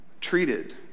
treated